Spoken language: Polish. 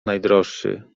najdroższy